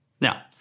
Now